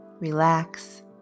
Relax